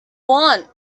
want